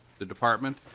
the department?